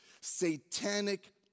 satanic